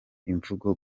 imvugo